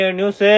news